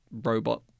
robot